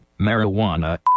Marijuana